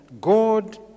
God